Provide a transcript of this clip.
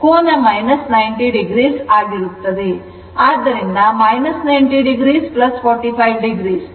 ಆದ್ದರಿಂದ 90 o 45 o 45o ಆಗುತ್ತದೆ